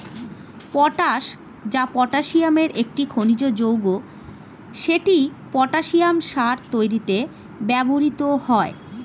potash, যা পটাসিয়ামের একটি খনিজ যৌগ, সেটি পটাসিয়াম সার তৈরি করতে ব্যবহৃত হয়